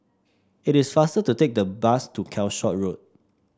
it is faster to take the bus to Calshot Road